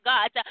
God